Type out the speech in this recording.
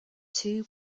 two